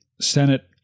Senate